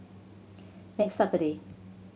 next Saturday